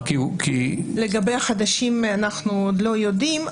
לגבי החדשים אנחנו עוד לא יודעים,